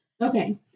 okay